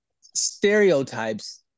stereotypes